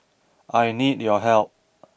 I need your help